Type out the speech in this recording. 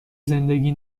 زندگی